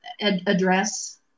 address